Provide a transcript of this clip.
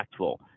impactful